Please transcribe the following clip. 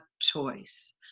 choice